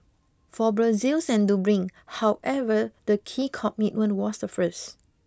for Brussels and Dublin however the key commitment was the first